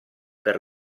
per